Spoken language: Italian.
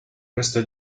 questo